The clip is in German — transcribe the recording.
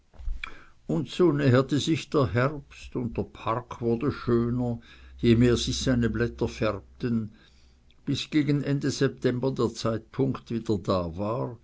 und so näherte sich der herbst und der park wurde schöner je mehr sich seine blätter färbten bis gegen ende september der zeitpunkt wieder da war